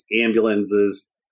ambulances